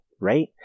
Right